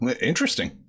Interesting